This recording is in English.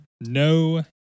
No